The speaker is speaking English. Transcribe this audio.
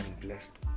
blessed